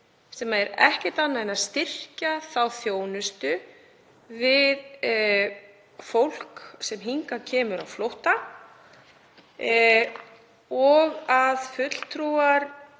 sem er ekkert annað en að styrkja þjónustu við fólk sem hingað kemur á flótta. En fulltrúar